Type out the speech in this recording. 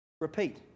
repeat